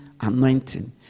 anointing